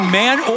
man